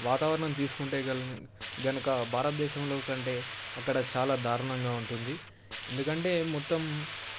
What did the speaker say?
వాతావరణం తీసుకుంటే గల్ కనుక భారతదేశంలో కంటే అక్కడ చాలా దారుణంగా ఉంటుంది ఎందుకంటే మొత్తం